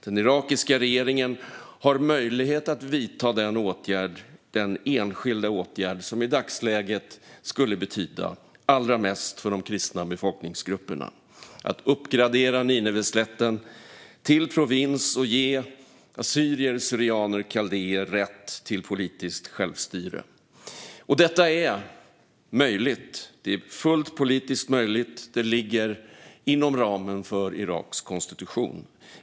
Den irakiska regeringen har möjlighet att vidta den enskilda åtgärd som i dagsläget skulle betyda allra mest för de kristna befolkningsgrupperna, nämligen att uppgradera Nineveslätten till provins och ge assyrier kaldéer rätt till politiskt självstyre. Detta är politiskt fullt möjligt, och det ligger inom ramen för Iraks konstitution.